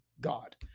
God